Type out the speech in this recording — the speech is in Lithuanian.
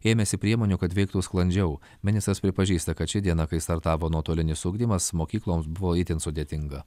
ėmėsi priemonių kad veiktų sklandžiau ministras pripažįsta kad ši diena kai startavo nuotolinis ugdymas mokykloms buvo itin sudėtinga